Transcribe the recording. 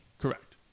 Correct